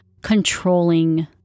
controlling